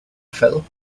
fell